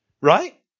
Right